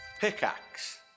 Pickaxe